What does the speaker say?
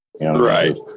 Right